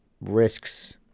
risks